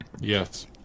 Yes